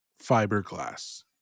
fiberglass